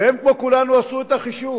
והם, כמו כולנו, עשו את החישוב